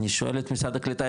אני שואל את משרד הקליטה,